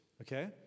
okay